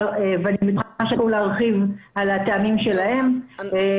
ואני מניחה שהם יוכלו להרחיב על הטעמים שלהם,